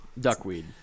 Duckweed